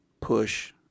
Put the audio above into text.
push